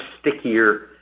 stickier